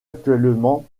actuellement